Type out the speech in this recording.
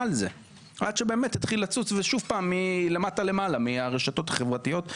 על זה עד שבאמת התחיל לצוץ מהרשתות החברתיות.